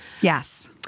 yes